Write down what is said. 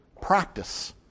practice